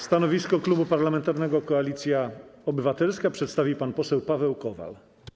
Stanowisko Klubu Parlamentarnego Koalicja Obywatelska przedstawi pan poseł Paweł Kowal.